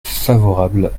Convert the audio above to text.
favorable